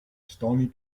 stony